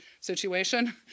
situation